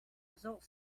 result